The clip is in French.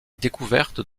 découverte